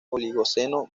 oligoceno